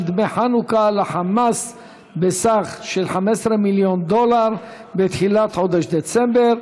דמי חנוכה לחמאס בסך של 15 מיליון דולר בתחילת חודש דצמבר,